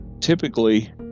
Typically